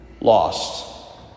lost